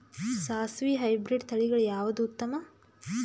ಸಾಸಿವಿ ಹೈಬ್ರಿಡ್ ತಳಿಗಳ ಯಾವದು ಉತ್ತಮ?